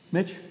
Mitch